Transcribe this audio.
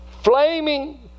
Flaming